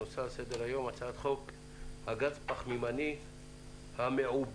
הנושא על סדר-היום: הצעת חוק הגז הפחמימני המעובה.